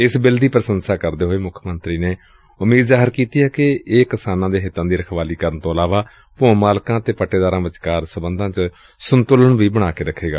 ਇਸ ਬਿੱਲ ਦੀ ਪ੍ਸ਼ੰਸਾ ਕਰਦੇ ਹੋਏ ਮੁੱਖ ਮੰਤਰੀ ਨੇ ਉਮੀਦ ਪ੍ਰਗਟ ਕੀਤੀ ਕਿ ਇਹ ਕਿਸਾਨਾਂ ਦੇ ਹਿੱਤਾਂ ਦੀ ਰਖਵਾਲੀ ਕਰਨ ਤੋਂ ਇਲਾਵਾ ਭੋਂ ਮਾਲਕਾਂ ਤੇ ਪੱਟੇਦਾਰਾ ਵਿਚਕਾਰ ਸਬੰਧਾਂ ਚ ਸੰਤੁਲਨ ਨੂੰ ਬਣਾ ਕੇ ਰਖੇਗਾ